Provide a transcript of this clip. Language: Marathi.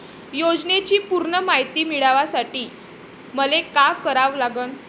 योजनेची पूर्ण मायती मिळवासाठी मले का करावं लागन?